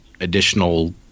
additional